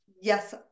Yes